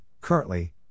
Currently